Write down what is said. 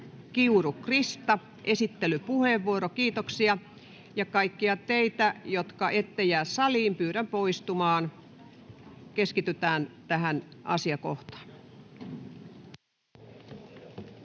Krista Kiuru, kiitoksia. — Kaikkia teitä, jotka ette jää saliin, pyydän poistumaan. Keskitytään tähän asiakohtaan. Arvoisa